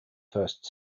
first